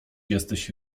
jesteś